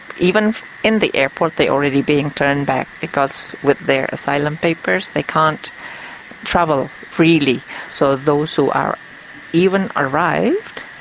even in the airport they are already being turned back because with their asylum papers they can't travel freely, so those who are even arrived,